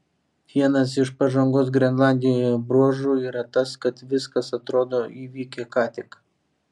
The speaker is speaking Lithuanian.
vienas iš pažangos grenlandijoje bruožų yra tas kad viskas atrodo įvykę ką tik